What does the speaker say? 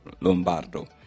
Lombardo